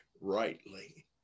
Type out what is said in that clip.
rightly